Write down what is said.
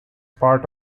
part